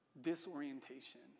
disorientation